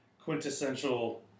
quintessential